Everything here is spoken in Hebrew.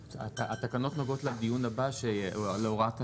התקנות נוגעות לדיון הבא שיהיה, להוראת השעה,